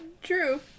True